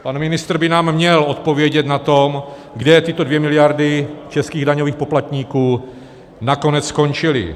Pan ministr by nám měl odpovědět na to, kde tyto 2 miliardy českých daňových poplatníků nakonec skončily.